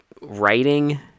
writing